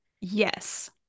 Yes